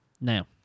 now